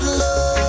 love